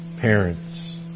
parents